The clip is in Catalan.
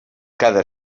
cada